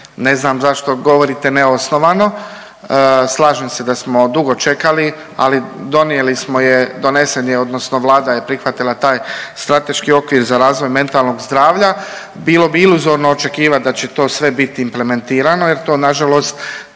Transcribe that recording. ne znam zašto govorite neosnovano. Slažem se da smo dugo čekali, ali donijeli smo je, donesen je odnosno Vlada je prihvatila taj Strateški okvir za razvoj mentalnog zdravlja. Bilo bi iluzorno očekivati da će to sve biti implementirano jer to nažalost